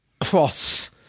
cross